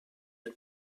mit